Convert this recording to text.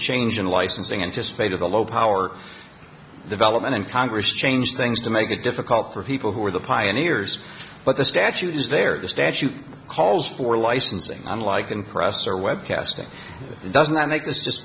change in licensing anticipated a low power development in congress changed things to make it difficult for people who were the pioneers but the statute is there the statute calls for licensing unlike in presser webcasting doesn't that make this